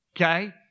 Okay